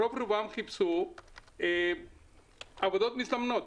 אבל רוב רובם חיפשו עבודות מזדמנות.